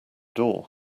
door